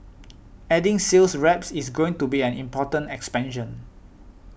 adding sales reps is going to be an important expansion